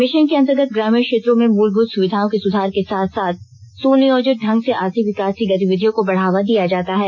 mission के अंतर्गत ग्रामीण क्षेत्रों में मूलमूत सुविधाओं में सुधार के साथ साथ सुनियोजित ढंग से आर्थिक विकास की गतिविधियों को बढ़ावा दिया जाता है